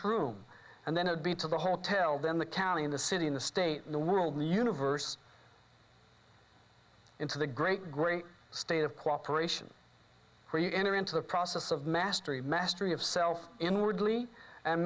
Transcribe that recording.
room and then it be to the hotel then the county in the city in the state the world the universe into the great great state of cooperation where you enter into the process of mastery mastery of self inwardly and